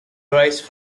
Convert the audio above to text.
raised